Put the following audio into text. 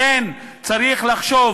לכן צריך לחשוב